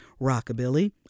rockabilly